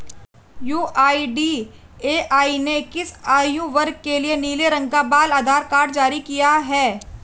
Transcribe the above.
UIDAI ने किस आयु वर्ग के लिए नीले रंग का बाल आधार कार्ड जारी किया है?